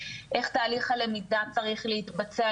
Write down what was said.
איך תהליך הלמידה צריך להתבצע.